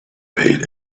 paid